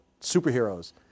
superheroes